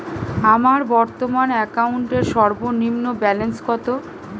আমার বর্তমান অ্যাকাউন্টের সর্বনিম্ন ব্যালেন্স কত?